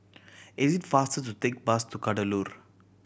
it is faster to take bus to Kadaloor